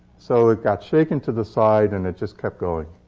so it got shaken to the side, and it just kept going.